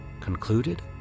concluded